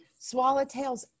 swallowtails